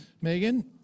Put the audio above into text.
Megan